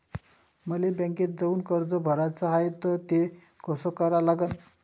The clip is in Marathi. मले बँकेत जाऊन कर्ज भराच हाय त ते कस करा लागन?